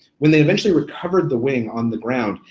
when they eventually recovered the wing on the ground,